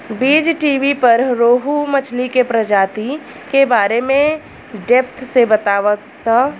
बीज़टीवी पर रोहु मछली के प्रजाति के बारे में डेप्थ से बतावता